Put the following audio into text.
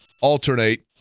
alternate